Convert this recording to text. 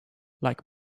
like